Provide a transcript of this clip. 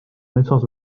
metsas